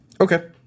Okay